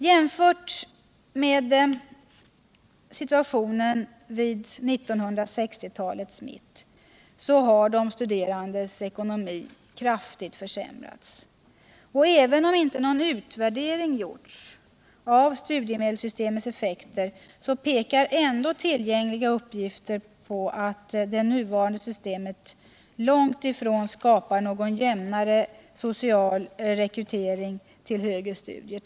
Jämfört med situationen vid 1960-talets mitt har de studerandes ekonomi försämrats kraftigt. Även om ingen utvärdering gjorts av studiemedelssystemets effekter, pekar tillgängliga uppgifter ändå mot att nuvarande system långt ifrån skapar någon jämnare social rekrytering till högre studier.